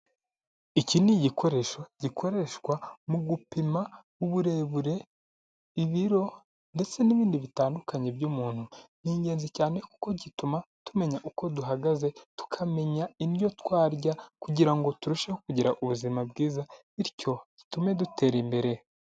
Iki ni igikoresho gikoreshwa mu gupima uburebure, ibiro ndetse n'ibindi bitandukanye by'umuntu, ni ingenzi cyane kuko gituma tumenya uko duhagaze tukamenya indyo twarya kugira ngo turusheho kugira ubuzima bwiza, bityo bitume dutera imbere.